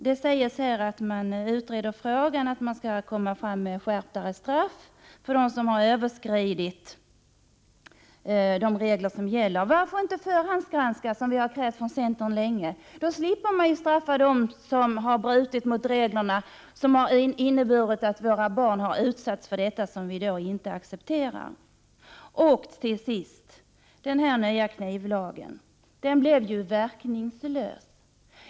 Det sägs i svaret att saken utreds, att man överväger skärpningar av lagstiftningen mot dem som överskrider gällande regler. Varför inte förhandsgranska videofilmer, så som viicentern länge har krävt? Då slipper man ju straffa dem som har brutit mot reglerna, vilket inneburit att våra barn utsatts för sådant som vi inte accepterar. Till sist några ord om den nya ”knivlagen”, som ju blev verkningslös.